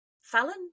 Fallon